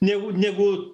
negu negu